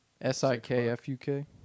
s-i-k-f-u-k